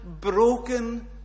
broken